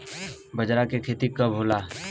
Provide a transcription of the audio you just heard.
बजरा के खेती कब होला?